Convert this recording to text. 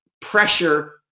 pressure